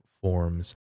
forms